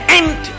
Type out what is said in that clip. end